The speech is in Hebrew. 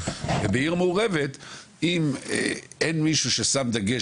ובעיר מעורבת אם אין מישהו ששם דגש